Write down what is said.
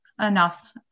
enough